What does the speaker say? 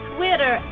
Twitter